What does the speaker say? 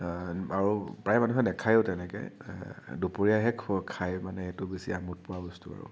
আৰু প্ৰায় মানুহে নাখায়ো তেনেকৈ দুপৰীয়াহে খায় মানে এইটো বেছি আমোদ পোৱা বস্তু আৰু